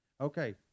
Okay